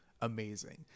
amazing